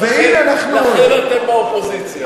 לכן אתם באופוזיציה.